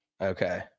Okay